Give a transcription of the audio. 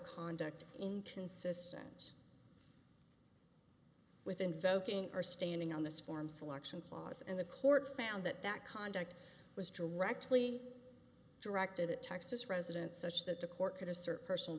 conduct inconsistent with invoking or standing on this form selection clause and the court found that that conduct was directly directed at texas residents such that the court could assert personal